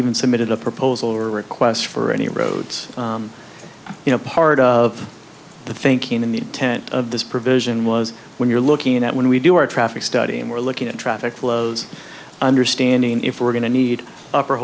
even submitted a proposal or requests for any roads you know part of the thinking in the tent of this provision was when you're looking at when we do our traffic study and we're looking at traffic flows understanding if we're going to need